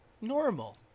normal